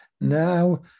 now